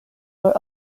for